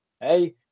Hey